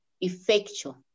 effectual